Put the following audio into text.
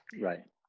right